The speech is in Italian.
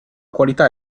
qualità